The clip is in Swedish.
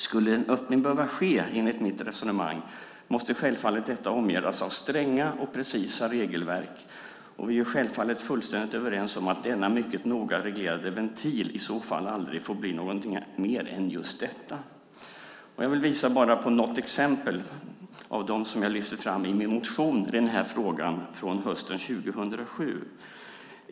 Skulle en öppning enligt mitt resonemang behöva ske måste självfallet detta omgärdas av stränga och precisa regelverk, och vi är självfallet fullständigt överens om att denna mycket noga reglerade ventil i så fall aldrig får bli någonting mer än just detta. Jag vill visa på något exempel av dem jag lyfte fram i min motion i den här frågan från hösten 2007.